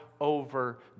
over